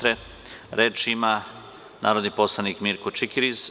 Reč ima narodni poslanik Mirko Čikiriz.